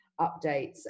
updates